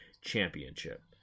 Championship